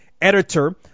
editor